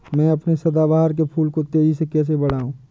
मैं अपने सदाबहार के फूल को तेजी से कैसे बढाऊं?